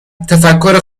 تفکر